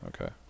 Okay